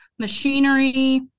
machinery